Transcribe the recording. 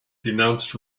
denounced